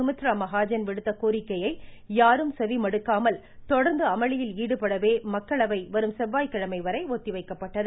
சுமித்ரா மகாஜன் விடுத்த கோரிக்கையை யாரும் செவிமடுக்காததால் தொடர்ந்து அமளியில் ஈடுபடவே மக்களவை வரும் செவ்வாய்க்கிழமை வரை ஒத்திவைக்கப்பட்டது